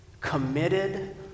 committed